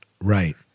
Right